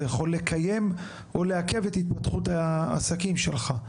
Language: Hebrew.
זה יכול לקיים או לעכב את התפתחות העסקים שלך.